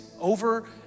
over